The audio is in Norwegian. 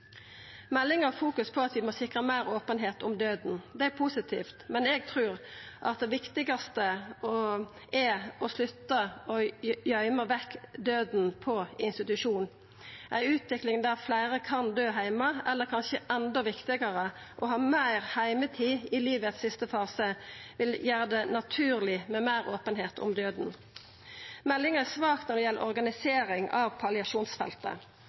på at vi må sikra meir openheit om døden. Det er positivt, men eg trur at det viktigaste er å slutta å gøyma vekk døden på institusjon. Ei utvikling der fleire kan døy heime – eller kanskje enda viktigare: ha meir heimetid i den siste fasen av livet – vil gjera det naturleg med meir openheit om døden. Meldinga er svak når det gjeld organisering av palliasjonsfeltet.